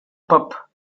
pup